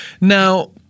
Now